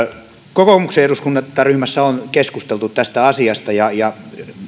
kokoomuksen eduskuntaryhmässä on keskusteltu tästä asiasta